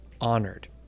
honored